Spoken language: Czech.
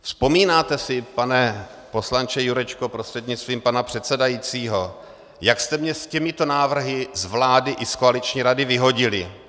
Vzpomínáte si, pane poslanče Jurečko prostřednictvím pana předsedajícího, jak jste mě s těmito návrhy z vlády i z koaliční rady vyhodili?